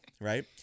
right